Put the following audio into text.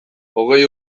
hogei